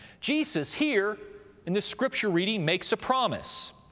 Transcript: jesus here in this scripture reading makes a promise,